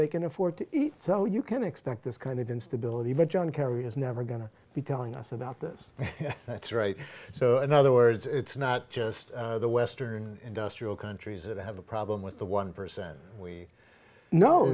they can afford to eat so you can expect this kind of instability even john kerry is never going to be telling us about this that's right so in other words it's not just the western industrial countries that have a problem with the one percent we kno